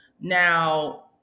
now